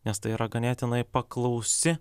nes tai yra ganėtinai paklausi